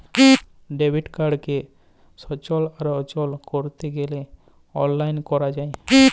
debit কাড়কে সচল আর অচল ক্যরতে গ্যালে অললাইল ক্যরা যায়